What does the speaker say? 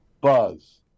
Buzz